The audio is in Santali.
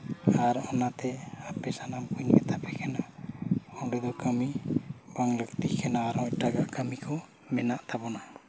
ᱟᱨ ᱚᱱᱟᱛᱮ ᱟᱯᱮ ᱥᱟᱱᱟᱢ ᱠᱚᱧ ᱢᱮᱛᱟᱯᱮ ᱠᱟᱱᱟ ᱚᱸᱰᱮ ᱫᱚ ᱠᱟᱹᱢᱤ ᱵᱟᱝ ᱞᱟᱹᱠᱛᱤᱜ ᱠᱟᱱᱟ ᱟᱨᱦᱚᱸ ᱮᱴᱟᱜᱟᱜ ᱠᱟᱹᱢᱤ ᱠᱚ ᱢᱮᱱᱟᱜ ᱛᱟᱵᱚᱱᱟ